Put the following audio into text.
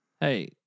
Hey